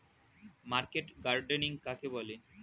Market gardening কাকে বলে?